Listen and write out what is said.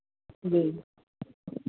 जी